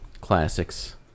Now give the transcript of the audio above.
Classics